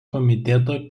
komiteto